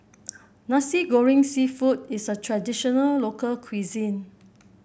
Nasi Goreng seafood is a traditional local cuisine